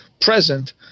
present